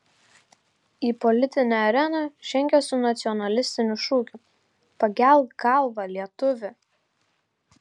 į politinę areną žengia su nacionalistiniu šūkiu pakelk galvą lietuvi